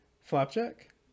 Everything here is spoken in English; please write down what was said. Flapjack